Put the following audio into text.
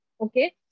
Okay